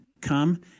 come